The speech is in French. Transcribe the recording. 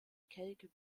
quelque